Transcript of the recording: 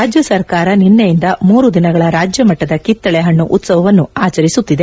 ರಾಜ್ಯ ಸರ್ಕಾರ ನಿಸ್ನೆಯಿಂದ ಮೂರು ದಿನಗಳ ರಾಜ್ಯ ಮಟ್ಟದ ಕಿತ್ತಳೆ ಹಣ್ಣು ಉತವವನ್ನು ಆಚರಿಸುತ್ತಿದೆ